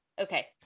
Okay